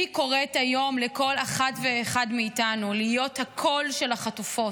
אני קוראת היום לכל אחת ואחד מאיתנו להיות הקול של החטופות.